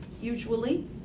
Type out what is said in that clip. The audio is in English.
usually